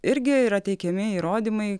irgi yra teikiami įrodymai